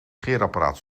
scheerapparaat